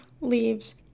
leaves